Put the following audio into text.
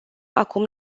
acum